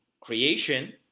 creation